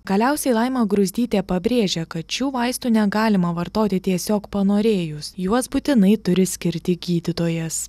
galiausiai laima gruzdytė pabrėžia kad šių vaistų negalima vartoti tiesiog panorėjus juos būtinai turi skirti gydytojas